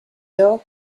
heures